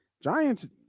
Giants